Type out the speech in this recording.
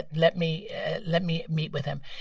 let me let me meet with him.